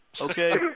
Okay